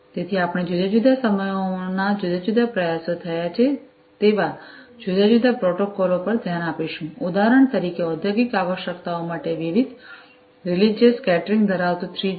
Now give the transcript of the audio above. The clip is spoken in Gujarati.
તેથી આપણે જુદા જુદા સમુદાયોના જુદા જુદા પ્રયાસો થયા છે તેવા જુદા જુદા પ્રોટોકોલો પર ધ્યાન આપીશું ઉદાહરણ તરીકે ઔદ્યોગિક આવશ્યકતાઓ માટે વિવિધ રિલીજીયસ કેટરિંગ ધરાવતું 3 જી